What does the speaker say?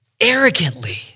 Arrogantly